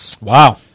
Wow